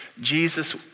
Jesus